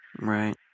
Right